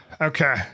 Okay